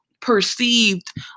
perceived